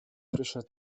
frischer